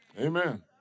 Amen